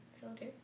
filter